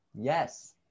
Yes